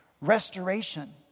Restoration